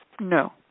No